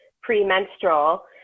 premenstrual